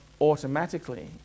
automatically